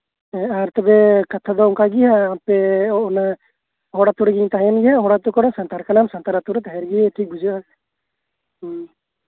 ᱟᱨ ᱛᱳᱵᱮ ᱠᱟᱛᱷᱟ ᱫᱚ ᱚᱱᱟ ᱦᱚᱲ ᱟᱹᱛᱩ ᱨᱮᱜᱤᱧ ᱛᱟᱸᱦᱮᱱᱟᱜ ᱦᱟᱜ ᱦᱚᱲ ᱟᱹᱛᱩ ᱨᱮᱜᱮ ᱥᱟᱱᱛᱟᱲ ᱠᱟᱱᱟᱢ ᱥᱟᱱᱛᱟᱲ ᱟᱹᱛᱩᱨᱮ ᱛᱟᱸᱦᱮ ᱜᱮ ᱵᱮᱥ ᱵᱩᱡᱷᱟᱹᱜᱼᱟ ᱦᱮᱸ